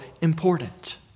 important